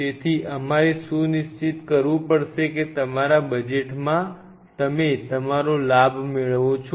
તેથી અમારે સુનિશ્ચિત કરવું પડશે કે તમારા બજેટમાં તમે તમારો લાભ મેળવો છો